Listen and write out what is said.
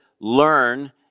learn